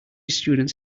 students